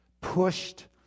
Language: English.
pushed